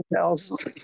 else